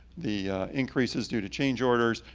the increases due to change orders,